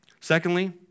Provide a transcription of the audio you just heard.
secondly